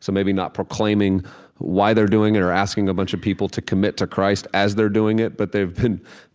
so maybe not proclaiming why they're doing it or asking a bunch of people to commit to christ as they're doing it, but they've